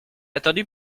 attendu